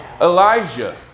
Elijah